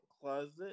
closet